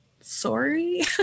sorry